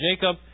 Jacob